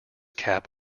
cap